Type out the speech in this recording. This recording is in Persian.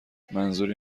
منظوری